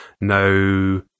no